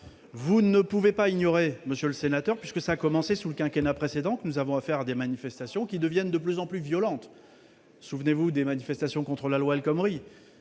Vous ne pouvez pas ignorer, car le phénomène a commencé sous le quinquennat précédent, que nous avons affaire à des manifestations de plus en plus violentes. Souvenez-vous des manifestations contre la loi El Khomri.